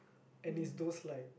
and it's those like